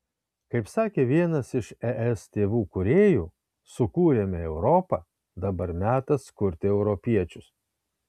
kaip sakė vienas iš es tėvų kūrėjų sukūrėme europą dabar metas kurti europiečius